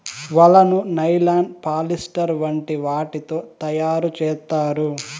వలను nylon, polyester వంటి వాటితో తయారు చేత్తారు